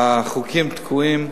החוקים תקועים.